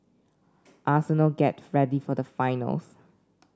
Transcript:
arsenal get ready for the finals